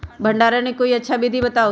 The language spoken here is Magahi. भंडारण के कोई अच्छा विधि बताउ?